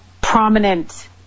prominent